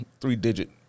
three-digit